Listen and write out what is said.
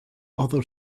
other